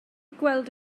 gweld